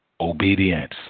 obedience